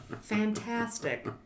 Fantastic